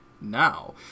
now